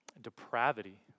depravity